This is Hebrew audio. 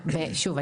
שוב,